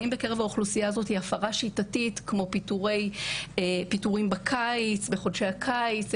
בקרב האוכלוסייה הזאתי הפרה שיטתית כמו פיטורים בחודשי הקיץ,